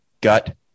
gut